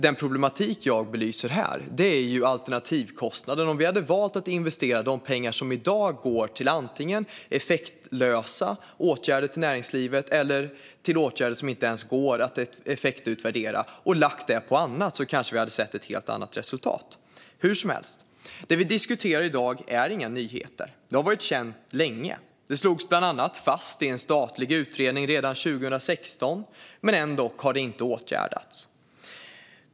Den problematik jag belyser här är ju alternativkostnaden. Om vi hade valt att investera de pengar som i dag går till antingen effektlösa åtgärder för näringslivet eller till åtgärder som inte ens går att effektutvärdera och i stället lagt dem på annat hade vi kanske fått se ett helt annat resultat. Hur som helst: Det vi diskuterar i dag är inga nyheter. Det har varit känt länge. Det slogs bland annat fast i en statlig utredning redan 2016, men ändå har det inte åtgärdats.